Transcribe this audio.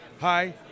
Hi